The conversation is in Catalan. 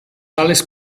ales